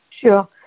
Sure